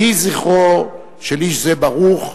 יהי זכרו של איש זה ברוך.